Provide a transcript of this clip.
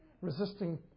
resisting